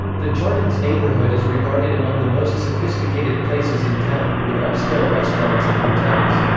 the jardins neighborhood is regarded among the most sophisticated places in town, with upscale restaurants and hotels.